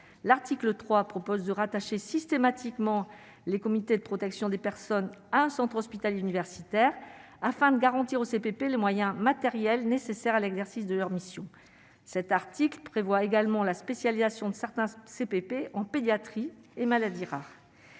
l'article 3 propose de rattacher systématiquement les comités de protection des personnes, un centre hospitalier universitaire afin de garantir au CPP, les moyens matériels nécessaires à l'exercice de leur mission : cet article prévoit également la spécialisation de certains CPP en pédiatrie et maladies rares,